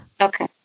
okay